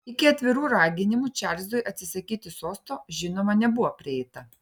iki atvirų raginimų čarlzui atsisakyti sosto žinoma nebuvo prieita